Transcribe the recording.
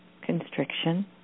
constriction